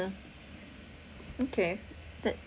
okay that